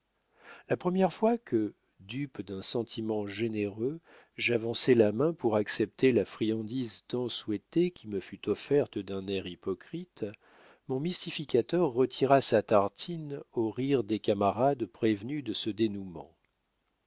la première fois que dupe d'un sentiment généreux j'avançai la main pour accepter la friandise tant souhaitée qui me fut offerte d'un air hypocrite mon mystificateur retira sa tartine aux rires des camarades prévenus de ce dénoûment